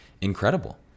incredible